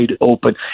open